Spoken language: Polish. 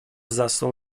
zasnął